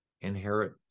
inherit